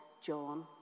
John